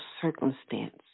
circumstance